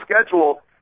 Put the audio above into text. schedule